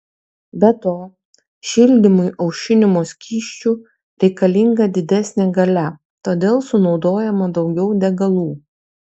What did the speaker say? be to šildymui aušinimo skysčiu reikalinga didesnė galia todėl sunaudojama daugiau degalų